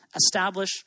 establish